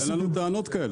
אין לנו טענות כאלה.